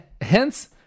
Hence